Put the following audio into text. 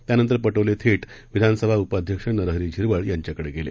त्यानंतरपटोलेथेटविधानसभाउपाध्यक्षनरहरीझिरवळयांच्याकडेगेले